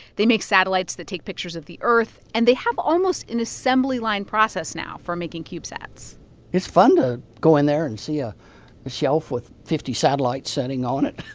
they make satellites that take pictures of the earth, and they have almost an assembly line process now for making cubesats it's fun to go in there and see a shelf with fifty satellite sitting on it